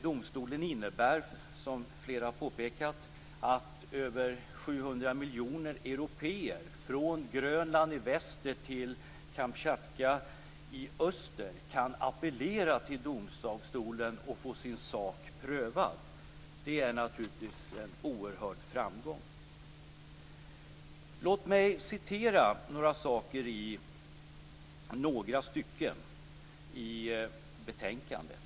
Domstolen innebär, som flera har påpekat, att över 700 miljoner européer, från Grönland i väster till Kamtjatka i öster, kan appellera till domstolen och få sin sak prövad. Det är naturligtvis en oerhörd framgång. Låt mig citera ur några stycken i utrikesutskottets betänkande.